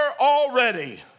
already